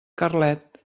carlet